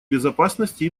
безопасности